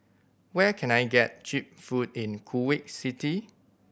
where can I get cheap food in Kuwait City